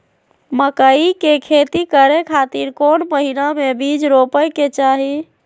मकई के खेती करें खातिर कौन महीना में बीज रोपे के चाही?